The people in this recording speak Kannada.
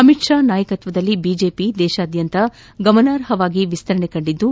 ಅಮಿತ್ ಷಾ ನಾಯಕತ್ವದಲ್ಲಿ ಬಿಜೆಪಿ ದೇಶಾದ್ಯಂತ ಗಮನಾರ್ಹವಾಗಿ ವಿಸ್ತರಣೆ ಕಂಡಿದ್ದು